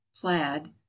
plaid